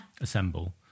Assemble